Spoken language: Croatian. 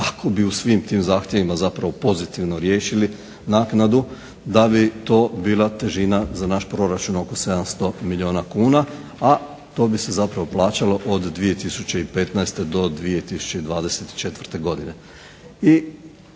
ako bi u svim tim zahtjevima zapravo pozitivno riješili naknadu da bi to bila težina za naš proračun oko 700 milijuna kuna, a to bi se zapravo plaćalo od 2015. do 2024. godine.